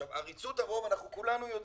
עריצות הרוב, כולנו יודעים,